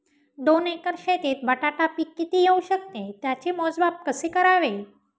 दोन एकर शेतीत बटाटा पीक किती येवू शकते? त्याचे मोजमाप कसे करावे?